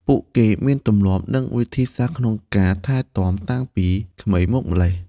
ពួកគេមានទម្លាប់ និងវិធីសាស្ត្រក្នុងការថែទាំតាំងពីក្មេងមកម្ល៉េះ។